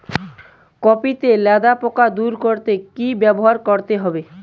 Copy তে লেদা পোকা দূর করতে কি ব্যবহার করতে হবে?